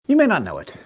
you may not know it,